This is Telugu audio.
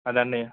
అది అన్నీ